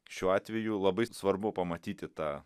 šiuo atveju labai svarbu pamatyti tą